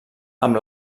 amb